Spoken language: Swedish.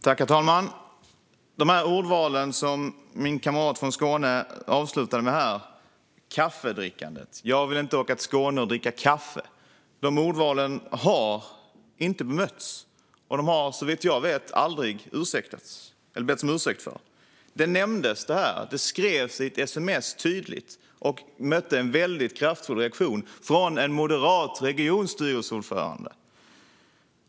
Herr talman! Min kamrat från Skåne avslutade med att ta upp detta med kaffedrickandet - jag vill inte åka till Skåne och dricka kaffe. Det ordvalet har inte bemötts, och man har såvitt jag vet aldrig bett om ursäkt för det. Det nämndes att det tydligt skrevs i ett sms och mötte en väldigt kraftfull reaktion från en moderat regionstyrelseordförande.